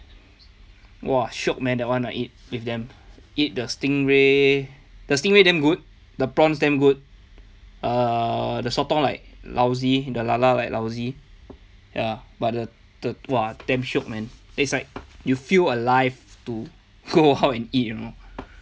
!wah! shiok man that [one] I eat with them eat the stingray the stingray damn good the prawns damn good err the sotong like lousy the lala like lousy ya but the the !wah! damn shiok man it's like you feel alive to go out and eat you know